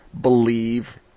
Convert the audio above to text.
believe